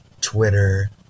Twitter